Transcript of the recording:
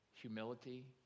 humility